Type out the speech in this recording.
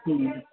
ਹੂੰ